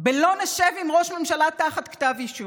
ב"לא נשב עם ראש ממשלה תחת כתב אישום"